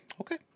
Okay